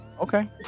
Okay